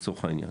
לצורך העניין.